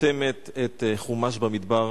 חותמת את חומש במדבר,